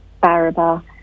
Baraba